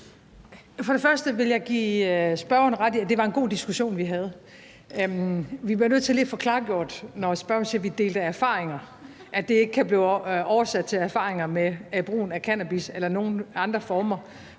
Først vil jeg give spørgeren ret i, at det var en god diskussion, vi havde. Vi bliver nødt til lige at få klargjort, hvad der menes, når spørgeren siger, at vi delte erfaringer, så det ikke kan blive oversat til erfaringer med brugen af cannabis eller nogen andre former